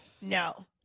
No